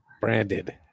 Branded